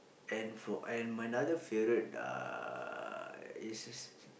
and for and my another favourite uh is